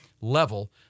level